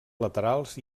laterals